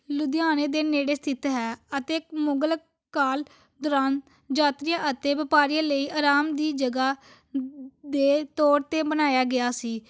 ਲੁਧਿਆਣੇ ਦੇ ਨੇੜੇ ਸਥਿੱਤ ਹੈ ਅਤੇ ਮੁਗਲ ਕਾਲ ਦੌਰਾਨ ਯਾਤਰੀਆਂ ਅਤੇ ਵਪਾਰੀਆਂ ਲਈ ਆਰਾਮ ਦੀ ਜਗ੍ਹਾ ਦੇ ਤੌਰ 'ਤੇ ਬਣਾਇਆ ਗਿਆ ਸੀ